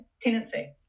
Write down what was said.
tenancy